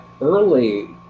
early